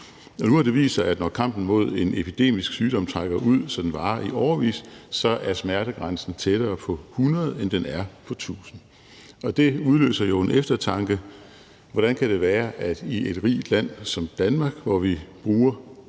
nu har det vist sig, at når kampen imod en epidemisk sygdom trækker ud, så den varer i årevis, er smertegrænsen tættere på 100, end den er på 1.000. Det udløser jo en eftertanke: Hvordan kan det være, at i et rigt land som Danmark, hvor vi bruger